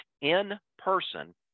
in-person